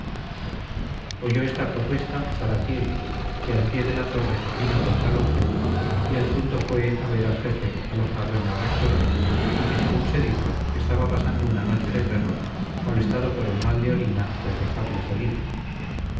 oyó esta propuesta zaratiegui que al pie de la torre vino con tal objeto y al punto fue a ver al jefe alojado en la rectoral y que según se dijo estaba pasando una noche de perros molestado por el mal de orina que aquejarle solía